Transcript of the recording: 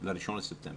ל-1 בספטמבר.